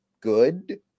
good